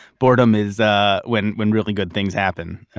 boredom is ah when when really good things happen,